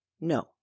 No